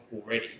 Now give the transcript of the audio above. already